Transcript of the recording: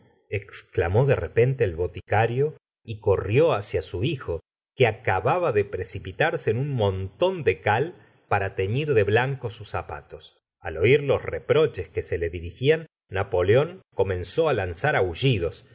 exclamó de repente el boticario y corrió hacia su hijo que acababa de precipitarse en un montón de cal para teñir de blanco sus zapatos al oir los reproches que se le dirigían napoleón comenzó lanzar aullidos